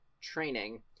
training